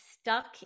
stuck